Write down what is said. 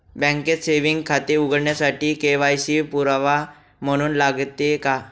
बँकेत सेविंग खाते उघडण्यासाठी के.वाय.सी पुरावा म्हणून लागते का?